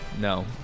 No